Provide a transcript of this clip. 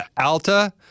Alta